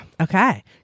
Okay